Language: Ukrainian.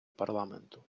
парламенту